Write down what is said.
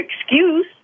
excuse